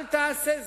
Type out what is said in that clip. אל תעשה זאת.